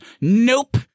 Nope